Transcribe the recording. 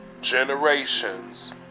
generations